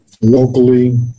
locally